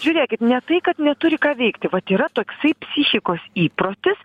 žiūrėkit ne tai kad neturi ką veikti vat yra toksai psichikos įprotis